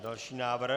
Další návrh?